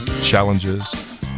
challenges